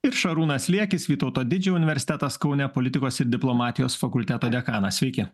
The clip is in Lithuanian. ir šarūnas liekis vytauto didžiojo universitetas kaune politikos ir diplomatijos fakulteto dekanas sveiki